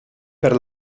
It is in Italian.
per